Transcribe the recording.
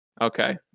Okay